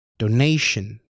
Donation